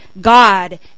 God